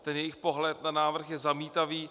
Ten jejich pohled na návrh je zamítavý.